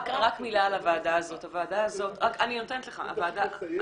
רק מילה על הוועדה הזאת --- אני מבקש רק לסיים,